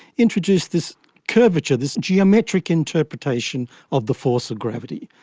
introduced this curvature, this geometric interpretation of the force of gravity,